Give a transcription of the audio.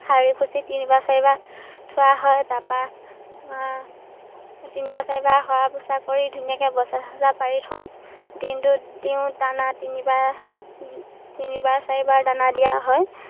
সাৰি পুচি তিনিবাৰ চাৰিবাৰ থোৱা হয় তাৰপা তিনিবাৰ চাৰিবাৰ সৰা পোচা কৰি ধুনীয়াকে বস্তা তস্তা পাৰি থওঁ দিনটোত দিওঁ দানা তিনিবাৰ তিনিবাৰ চাৰিবাৰ দানা দিয়া হয়